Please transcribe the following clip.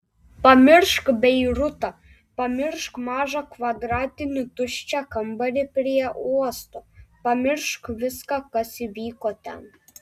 pamiršk beirutą pamiršk mažą kvadratinį tuščią kambarį prie uosto pamiršk viską kas įvyko ten